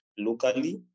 locally